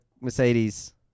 Mercedes